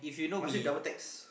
must you double text